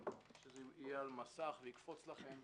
שזה יהיה על מסך ויקפוץ לכם.